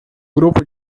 grupo